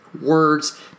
words